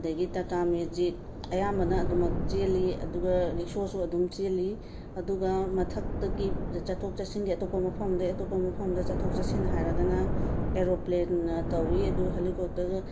ꯑꯗꯒꯤ ꯇꯥꯇꯥ ꯃꯦꯖꯤꯛ ꯑꯌꯥꯝꯕꯅ ꯑꯗꯨꯃꯛ ꯆꯦꯜꯂꯤ ꯑꯗꯨꯒ ꯔꯤꯛꯁꯣꯁꯨ ꯑꯗꯨꯝ ꯆꯦꯜꯂꯤ ꯑꯗꯨꯒ ꯃꯊꯛꯇꯒꯤ ꯆꯠꯊꯣꯛ ꯆꯠꯁꯤꯟꯒꯤ ꯑꯇꯣꯞꯄ ꯃꯐꯝ ꯑꯃꯗꯒꯤ ꯑꯇꯣꯞꯄ ꯃꯐꯝꯗ ꯆꯠꯊꯣꯛ ꯆꯠꯁꯤꯟ ꯍꯥꯏꯔꯒꯅ ꯑꯦꯔꯣꯄ꯭ꯂꯦꯟꯅ ꯇꯧꯏ ꯑꯗꯨꯒ ꯍꯦꯂꯤꯀꯣꯞꯇꯗ